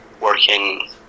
working